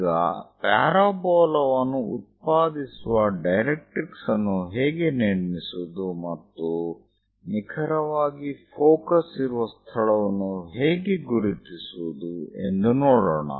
ಈಗ ಪ್ಯಾರಾಬೋಲಾವನ್ನು ಉತ್ಪಾದಿಸುವ ಡೈರೆಕ್ಟ್ರಿಕ್ಸ್ ಅನ್ನು ಹೇಗೆ ನಿರ್ಮಿಸುವುದು ಮತ್ತು ನಿಖರವಾಗಿ ಫೋಕಸ್ ಇರುವ ಸ್ಥಳವನ್ನು ಹೇಗೆ ಗುರುತಿಸುವುದು ಎಂದು ನೋಡೋಣ